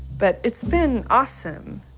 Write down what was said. but it's been awesome.